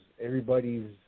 everybody's